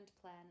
plan